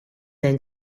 then